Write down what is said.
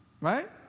Right